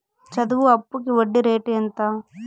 చదువు అప్పుకి వడ్డీ రేటు ఎంత?